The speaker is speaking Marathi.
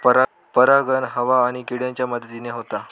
परागण हवा आणि किड्यांच्या मदतीन होता